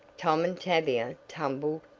tom and tavia tumbled,